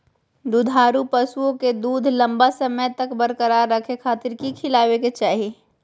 दुधारू पशुओं के दूध लंबा समय तक बरकरार रखे खातिर की खिलावे के चाही?